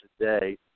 today